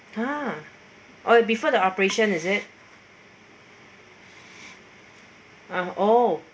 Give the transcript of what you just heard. !huh! or before the operation is it oh